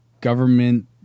government